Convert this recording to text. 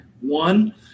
One